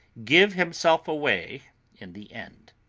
give himself away in the end.